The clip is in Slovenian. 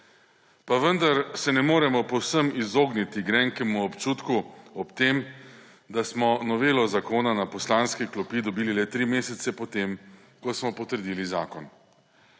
Pa vendar se ne moremo povsem izogniti grenkemu občutku ob tem, da smo novelo zakona na poslanske klopi dobili le tri mesece potem, ko smo potrdili zakon.